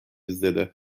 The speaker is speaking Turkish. izledi